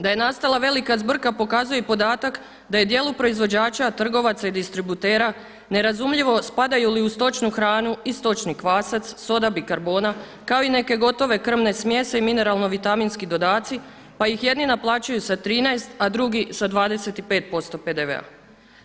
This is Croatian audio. Da je nastala velika zbrka pokazuje i podatak da je dijelu proizvođača, trgovaca i distributera nerazumljivo spadaju li u stočnu hranu i stočni kvasac, soda bikarbona kao i neke gotove krvne smjese i mineralno vitaminski dodaci, pa ih jedni naplaćuju sa 13, a drugi sa 25% PDV-a.